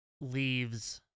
leaves